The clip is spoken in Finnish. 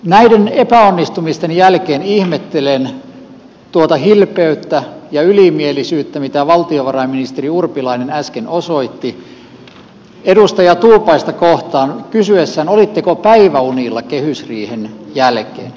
näiden epäonnistumisten jälkeen ihmettelen tuota hilpeyttä ja ylimielisyyttä mitä valtiovarainministeri urpilainen äsken osoitti edustaja tuupaista kohtaan kysyessään olitteko päiväunilla kehysriihen jälkeen